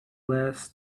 glass